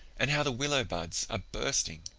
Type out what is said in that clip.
and how the willow buds are bursting.